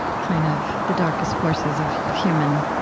kind of the darkest forces of of human